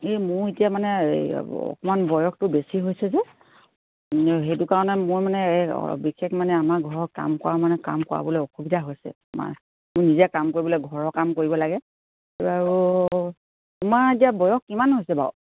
এই মোৰ এতিয়া মানে এই অকমান বয়সটো বেছি হৈছে যে সেইটো কাৰণে মই মানে এই বিশেষ মানে আমাৰ ঘৰৰ কাম কৰা মানে কাম কৰাবলৈ অসুবিধা হৈছে তোমাৰ মোৰ নিজে কাম কৰিবলে ঘৰৰ কাম কৰিব লাগে আৰু তোমাৰ এতিয়া বয়স কিমান হৈছে বাৰু